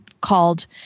called